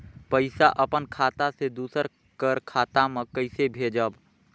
पइसा अपन खाता से दूसर कर खाता म कइसे भेजब?